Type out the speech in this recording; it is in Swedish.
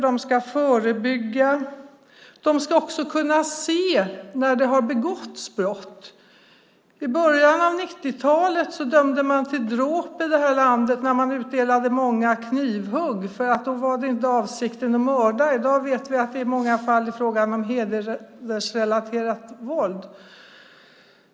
De ska förebygga. De ska också kunna se när det har begåtts brott. I början av 90-talet dömde man till dråp i det här landet när det utdelats många knivhugg; då var inte avsikten att mörda. I dag vet vi att det i många fall är fråga om hedersrelaterat våld.